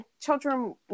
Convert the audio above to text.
children